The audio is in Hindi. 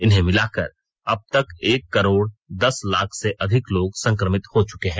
इन्हें मिलाकर अब तक एक करोड़ दस लाख से अधिक लोग संक्रमित हो चुके हैं